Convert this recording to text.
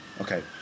okay